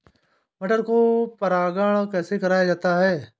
मटर को परागण कैसे कराया जाता है?